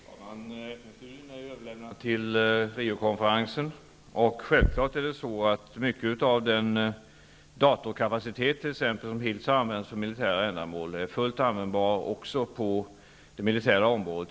Fru talman! Studien är överlämnad till Riokonferensen. Självfallet är exempelvis mycket av den datorkapacitet som hittills har använts för militära ändamål fullt användbar också på miljöområdet.